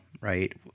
right